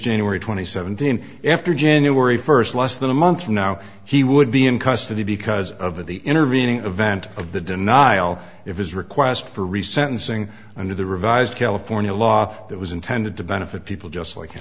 january twenty seventh in after january first less than a month from now he would be in custody because of the intervening event of the denial if his request for rescind sing under the revised california law that was intended to benefit people just like